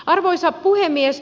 arvoisa puhemies